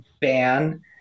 ban